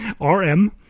RM